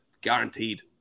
guaranteed